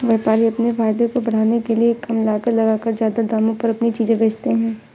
व्यापारी अपने फायदे को बढ़ाने के लिए कम लागत लगाकर ज्यादा दामों पर अपनी चीजें बेचते है